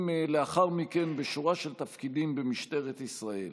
לאחר מכן בשורה של תפקידים במשטרת ישראל.